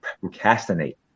procrastinate